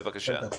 בבקשה.